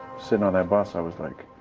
sitting on that bus i was like,